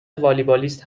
والیبالیست